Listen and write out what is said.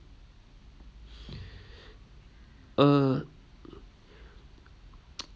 uh